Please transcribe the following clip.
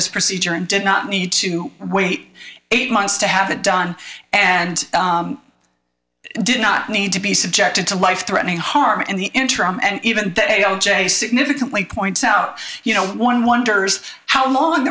this procedure and did not need to wait eight months to have it done and did not need to be subjected to life threatening harm in the interim and even they o j significantly points out you know one wonders how long